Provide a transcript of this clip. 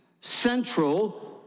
Central